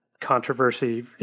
controversy